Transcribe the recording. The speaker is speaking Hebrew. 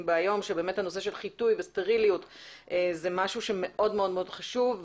בה היום שנושא של חיטוי וסטריליות הוא דבר מאוד חשוב.